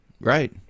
Right